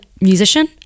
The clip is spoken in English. musician